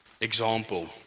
example